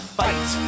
fight